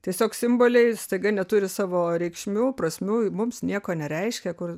tiesiog simboliai staiga neturi savo reikšmių prasmių mums nieko nereiškia kur